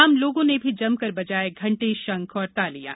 आम लोगों ने भी जमकर बजाये घंटेशंख और तालियां